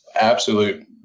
absolute